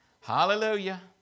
hallelujah